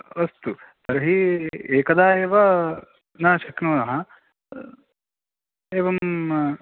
अस्तु एकदा एव न शक्नुमः एवं